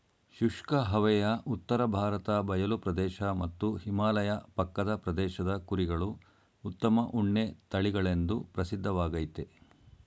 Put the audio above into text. ಶುಷ್ಕ ಹವೆಯ ಉತ್ತರ ಭಾರತ ಬಯಲು ಪ್ರದೇಶ ಮತ್ತು ಹಿಮಾಲಯ ಪಕ್ಕದ ಪ್ರದೇಶದ ಕುರಿಗಳು ಉತ್ತಮ ಉಣ್ಣೆ ತಳಿಗಳೆಂದು ಪ್ರಸಿದ್ಧವಾಗಯ್ತೆ